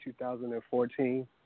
2014